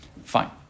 fine